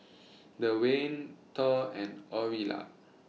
Dewayne Thor and Aurilla